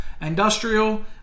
industrial